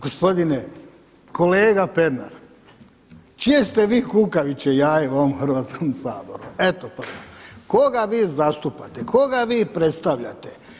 Gospodine, kolega Pernar, čije ste vi kukavičje jaje u ovom Hrvatskom saboru, eto, koga vi zastupate, koga vi predstavljate?